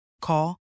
Call